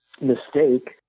mistake